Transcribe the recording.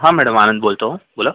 हां मॅडम आनंद बोलतो बोला